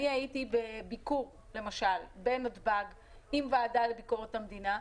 אני הייתי בביקור למשל בנתב"ג עם הוועדה לביקורת המדינה,